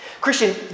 Christian